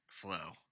flow